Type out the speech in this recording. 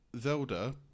Zelda